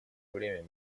время